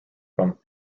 from